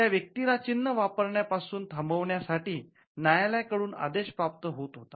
त्या व्येक्ती ला चिन्ह वापरण्या पासून थांबवण्या साठी न्यालयाकडून आदेश प्राप्त होत होता